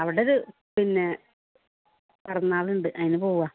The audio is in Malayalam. അവിടെ ഒരു പിന്നെ പിറന്നാളുണ്ട് അതിന് പോവാ